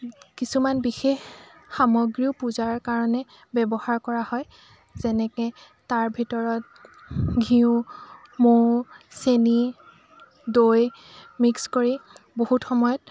কিছুমান বিশেষ সামগ্ৰীও পূজাৰ কাৰণে ব্যৱহাৰ কৰা হয় যেনেকৈ তাৰ ভিতৰত ঘিঁউ মৌ চেনি দৈ মিক্স কৰি বহুত সময়ত